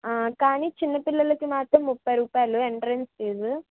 ఆ కానీ చిన్న పిల్లలకి మాత్రం ముప్పై రూపాయలు ఎంట్రన్స్ ఫీజు